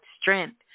strength